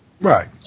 right